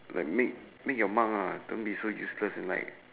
like make make your mark lah don't be so useless like